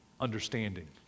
understanding